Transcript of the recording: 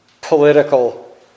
political